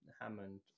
Hammond